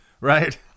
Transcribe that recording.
right